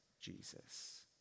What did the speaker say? Jesus